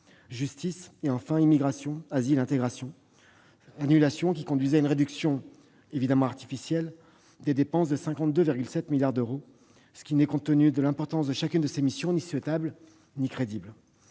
Justice » et « Immigration, asile et intégration ». Ces annulations conduisaient à une réduction, évidemment artificielle, des dépenses de 52,7 milliards d'euros, ce qui n'est, compte tenu de l'importance de chacune de ces missions, ni souhaitable ni crédible.